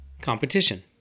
Competition